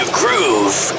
groove